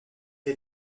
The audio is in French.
est